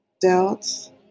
doubts